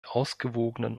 ausgewogenen